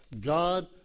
God